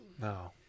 No